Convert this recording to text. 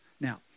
Now